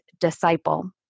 disciple